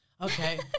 Okay